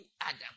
Adam